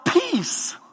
peace